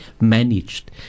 managed